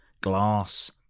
glass